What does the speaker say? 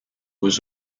was